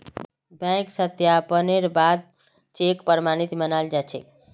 बैंकेर सत्यापनेर बा द चेक प्रमाणित मानाल जा छेक